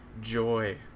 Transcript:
joy